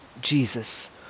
Jesus